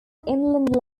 inland